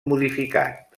modificat